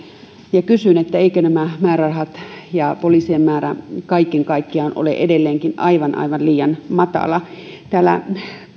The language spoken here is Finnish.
ja kysyn eivätkö nämä määrärahat ja poliisien määrä kaiken kaikkiaan ole edelleenkin aivan aivan liian matalia täällä